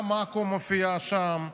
גם עכו מופיעה שם,